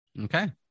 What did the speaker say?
Okay